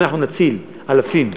אם אנחנו נציל אלפים,